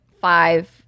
five